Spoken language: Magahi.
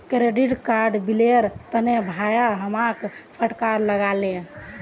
क्रेडिट कार्ड बिलेर तने भाया हमाक फटकार लगा ले